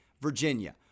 Virginia